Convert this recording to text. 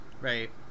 Right